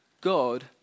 God